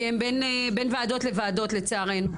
הם בין ועדות לוועדות, לצערנו.